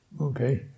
Okay